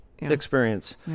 Experience